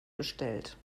bestellt